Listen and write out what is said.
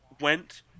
went